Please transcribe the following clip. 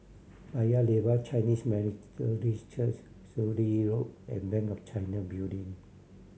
Paya Lebar Chinese Methodist Church Sturdee Road and Bank of China Building